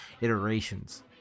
iterations